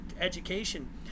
education